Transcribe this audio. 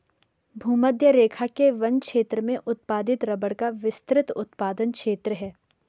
भूमध्यरेखा के वन क्षेत्र में उत्पादित रबर का विस्तृत उत्पादन क्षेत्र है